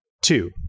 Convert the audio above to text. Two